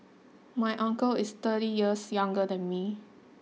my uncle is thirty years younger than me